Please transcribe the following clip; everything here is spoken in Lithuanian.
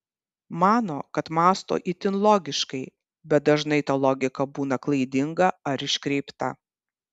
mano kad mąsto itin logiškai bet dažnai ta logika būna klaidinga ar iškreipta